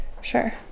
Sure